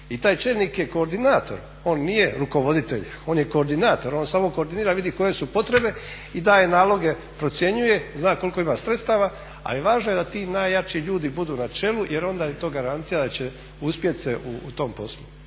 I taj čelnik je koordinator, on nije rukovoditelj, on je koordinator, on samo koordinira kad vidi koje su potrebe i daje naloge, procjenjuje, zna koliko ima sredstava. Ali važno je da ti najjači ljudi budu na čelu jer onda je to garancija da će uspjeti se u tom poslu.